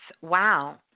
wow